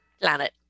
planet